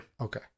Okay